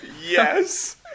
Yes